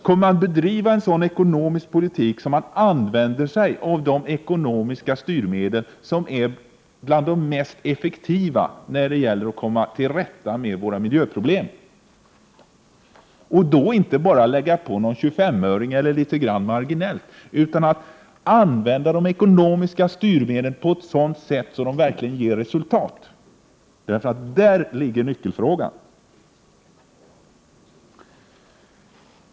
Kommer ni att driva en sådan ekonomisk politik som använder de ekonomiska styrmedel som är bland de mest effektiva när det gäller att komma till rätta med våra miljöproblem — och då inte bara lägga på en 25-öring i marginalen utan använda de ekonomiska styrmedlen på ett sådant sätt att det verkligen ger resultat? Där ligger nyckelfrågan.